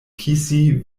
kisi